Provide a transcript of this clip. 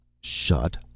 Shut